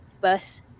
bus